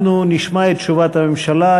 אנחנו נשמע את תשובת הממשלה.